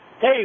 Hey